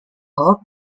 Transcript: all